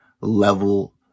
level